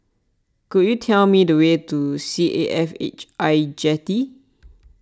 could you tell me the way to C A F H I Jetty